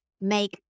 make